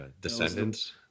Descendants